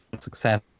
success